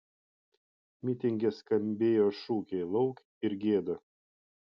mitinge skambėjo šūkiai lauk ir gėda